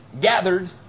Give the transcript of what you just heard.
gathered